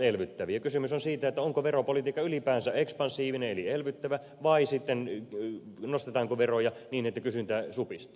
kysymys on siitä onko veropolitiikka ylipäänsä ekspansiivinen eli elvyttävä vai nostetaanko veroja niin että kysyntä supistuu